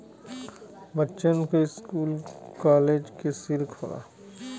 बच्चन की school college की सिल्क होला